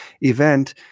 event